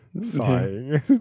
sighing